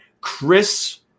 Chris